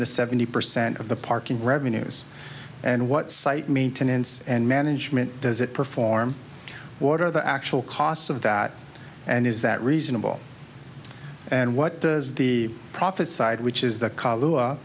the seventy percent of the parking revenues and what site maintenance and management does it perform water the actual costs of that and is that reasonable and what is the prophesied which is the